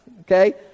Okay